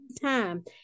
time